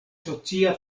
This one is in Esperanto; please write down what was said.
socia